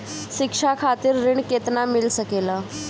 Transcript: शिक्षा खातिर ऋण केतना मिल सकेला?